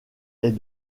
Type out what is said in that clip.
est